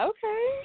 Okay